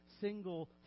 single